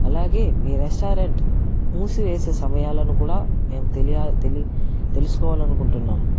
అలాగే మీ రెస్టారెంట్ మూసివేసే సమయాలను కూడా మేము తెలియ తెలి తెలుసుకోవాలనుకుంటున్నాం